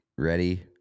Ready